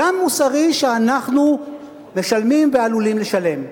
גם מוסרי, שאנחנו משלמים ועלולים לשלם.